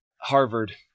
Harvard